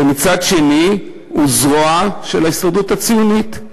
ומצד שני הוא זרוע של ההסתדרות הציונית,